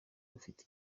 rufite